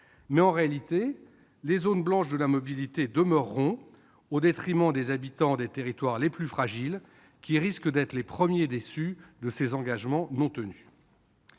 mais, en réalité, les zones blanches de la mobilité demeureront, au détriment des habitants des territoires les plus fragiles, qui risquent d'être les premiers déçus de ces engagements non tenus.